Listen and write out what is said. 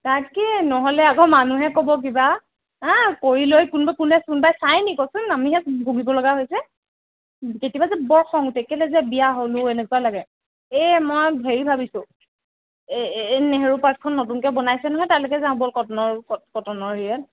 তাকে নহ'লে আকৌ মানুহে ক'ব কিবা আঁ কৰিলৈ কোনোবাই কোনে কোনোবাই চাইনি ক'চোন আমিহে ভোগীবলগা হৈছে কেতিয়াবা যে বৰ খং উঠে কেলে যে বিয়া হ'লোঁ এনেকুৱা লাগে এই মই হেৰি ভাবিছোঁ এ এই নেহেৰু পাৰ্কখন নতুনকৈ বনাইছে নহয় তালৈকে যাওঁ ব'ল কটনৰ কটনৰ হেৰিয়াত